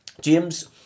James